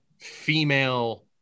female